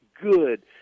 good